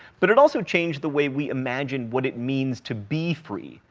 but it also changed the way we imagine what it means to be free,